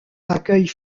accueille